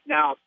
Now